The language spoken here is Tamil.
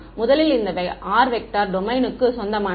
முதலில் இந்த r வெக்டர் டொமைனுக்கு சொந்தமானது